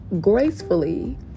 gracefully